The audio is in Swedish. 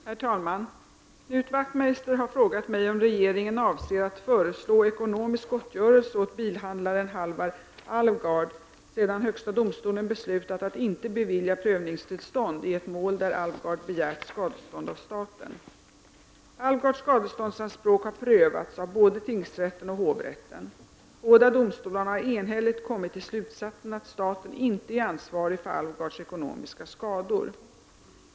Herr talman! Knut Wachtmeister har frågat mig om regeringen avser att föreslå ekonomisk gottgörelse åt bilhandlaren Halvar Alvgard, sedan högsta domstolen beslutat att inte bevilja prövningstillstånd i ett mål där Alvgard begärt skadestånd av staten. Alvgards skadeståndsanspråk har prövats av både tingsrätten och hovrätten. Båda domstolarna har enhälligt kommit till slutsatsen att staten inte är ansvarig för Alvgards ekonomiska skador.